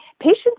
patients